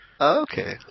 Okay